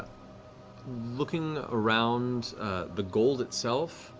um looking around the gold itself,